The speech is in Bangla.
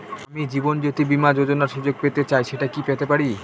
আমি জীবনয্যোতি বীমা যোযোনার সুযোগ পেতে চাই সেটা কি পেতে পারি?